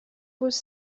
būs